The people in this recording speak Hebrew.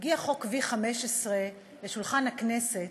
הגיע חוק V15 לשולחן הכנסת,